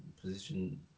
position